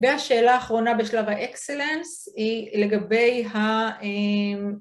והשאלה האחרונה בשלב האקסלנס היא לגבי ה... אמ...